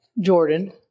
Jordan